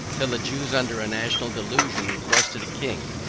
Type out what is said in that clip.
till the jews under a national delusion requested a king.